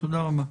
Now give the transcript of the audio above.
תודה רבה.